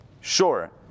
Sure